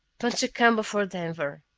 punch a combo for denver,